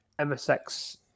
MSX